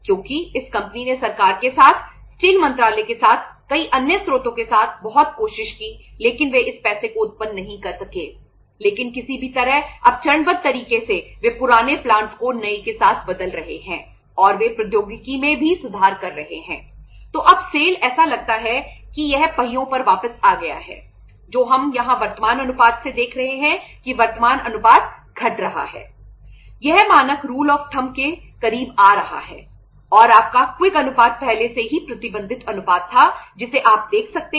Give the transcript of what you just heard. क्योंकि इस कंपनी ने सरकार के साथ स्टील मंत्रालय के साथ कई अन्य स्रोतों के साथ बहुत कोशिश की लेकिन वे इस पैसे को उत्पन्न नहीं कर सके लेकिन किसी भी तरह अब चरणबद्ध तरीके से वे पुराने प्लांटस ऐसा लगता है कि यह पहियों पर वापस आ गया है जो हम यहां वर्तमान अनुपात से देख रहे हैं कि वर्तमान अनुपात घट रहा है